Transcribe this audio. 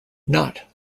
not